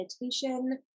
meditation